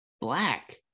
Black